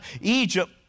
Egypt